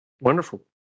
Wonderful